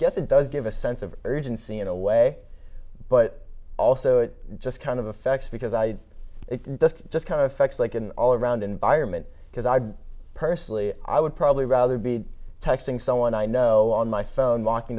guess it does give a sense of urgency in a way but also it just kind of affects because i just kind of effects like an all around environment because i personally i would probably rather be texting someone i know on my phone walking